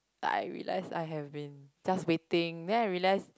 like I realize I have been just waiting then I realize